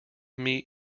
meet